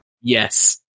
Yes